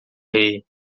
rei